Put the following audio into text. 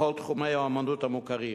בכל תחומי האמנות המוכרים.